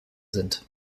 sind